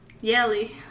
yelly